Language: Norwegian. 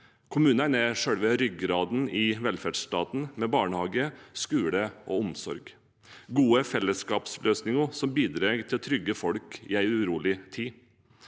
Kommunene er selve ryggraden i velferdsstaten, med barnehage, skole og omsorg – gode fellesskapsløsninger som bidrar til å trygge folk i en urolig tid.